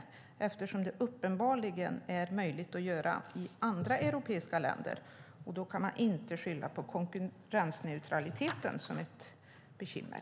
Det är uppenbarligen möjligt att göra det i andra europeiska länder, och då kan man inte skylla på konkurrensneutraliteten som ett bekymmer.